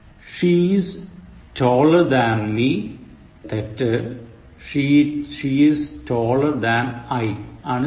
She is taller than me തെറ്റ് She is taller than I ആണ് ശരി